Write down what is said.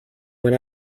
when